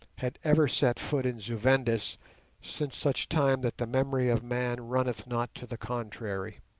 had ever set foot in zu-vendis since such time that the memory of man runneth not to the contrary.